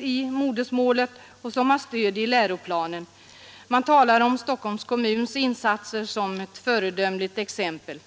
i modersmålet som finns och som har stöd i läroplanen. Man talar om Stockholms kommuns insatser som ett föredömligt exempel.